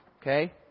okay